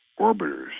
orbiters